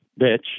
bitch